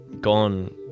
gone